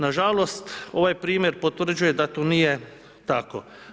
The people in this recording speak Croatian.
Nažalost, ovaj primjer potvrđuje da tu nije tako.